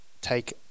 take